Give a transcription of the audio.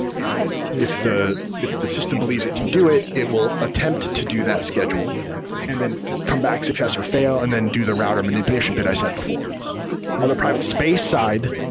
and if the if the system believes it can do it, it will attempt to do that schedule and then come back success or fail and then do the router manipulation bit i said before on the private space side,